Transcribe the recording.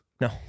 No